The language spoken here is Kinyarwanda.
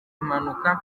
impanuka